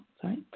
sorry